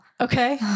Okay